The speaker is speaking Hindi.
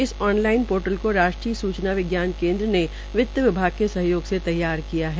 इस ऑनलाइन पोर्टल को राष्ट्रीय सूचना विज्ञान केन्द्र ने वित्त विभाग के सहयोग से तैयार किया है